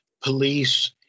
police